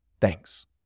Thanks